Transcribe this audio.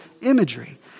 imagery